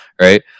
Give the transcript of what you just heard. right